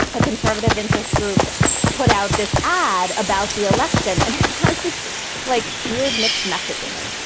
a conservative interest group put out this ad about the election and it has this like weird mixed message in it.